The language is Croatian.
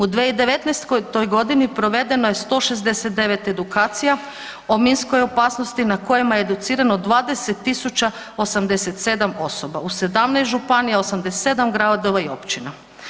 U 2019. godini provedeno je 169 edukacija o minskoj opasnosti na kojima je educirano 20.087 osoba, u 17 županija, 87 gradova i općina.